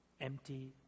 empty